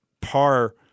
par